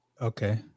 Okay